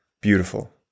Beautiful